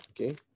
okay